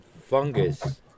fungus